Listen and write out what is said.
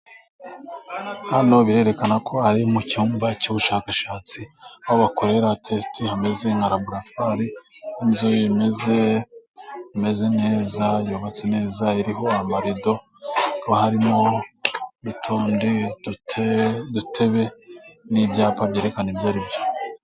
Hano birerekana ko ari mu cyumba cy'ubushakashatsi , aho bakorera tesite hameze nka laboratwari y'inzu imeze imeze neza, yubatse neza, iriho amarido. Harimo n'utundi dutebe n'ibyapa byerekana ibyo ari byo.